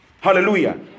Hallelujah